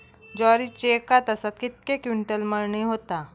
ज्वारीची एका तासात कितके क्विंटल मळणी होता?